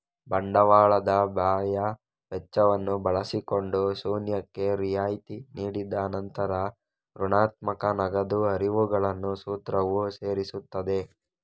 ಬಂಡವಾಳದ ಬಾಹ್ಯ ವೆಚ್ಚವನ್ನು ಬಳಸಿಕೊಂಡು ಶೂನ್ಯಕ್ಕೆ ರಿಯಾಯಿತಿ ನೀಡಿದ ನಂತರ ಋಣಾತ್ಮಕ ನಗದು ಹರಿವುಗಳನ್ನು ಸೂತ್ರವು ಸೇರಿಸುತ್ತದೆ